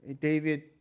David